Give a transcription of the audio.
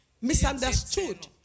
misunderstood